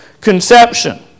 conception